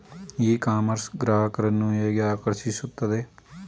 E commerce ಗ್ರಾಹಕರನ್ನು ಹೇಗೆ ಆಕರ್ಷಿಸುತ್ತದೆ?